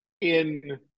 in-